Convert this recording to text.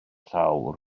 llawr